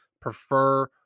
prefer